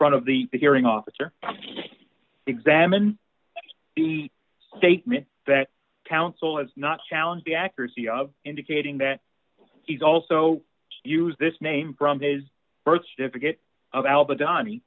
front of the hearing officer examined the statement that counsel is not challenge the accuracy of indicating that he's also used this name from his birth certificate of alb